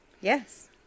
Yes